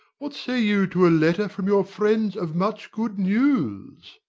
what say you to a letter from your friends of much good news?